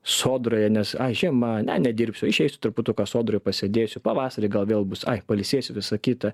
sodroje nes ai žiema ne nedirbsiu išeisiu truputuką sodroj pasėdėsiu pavasarį gal vėl bus ai pailsėsiu visa kita